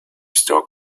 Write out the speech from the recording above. store